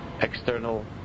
external